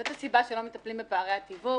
זאת הסיבה שלא מטפלים בפערי התיווך.